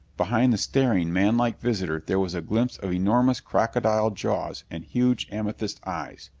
behind the staring, manlike visitor there was a glimpse of enormous, crocodile jaws and huge, amethyst eyes.